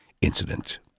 incident